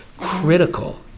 critical